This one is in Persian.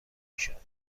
میشد